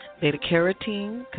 beta-carotene